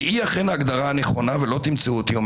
והיא אכן ההגדרה הנכונה ולא תמצאו אותי אומר